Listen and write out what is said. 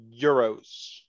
euros